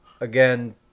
again